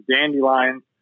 dandelions